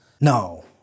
no